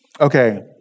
Okay